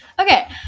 Okay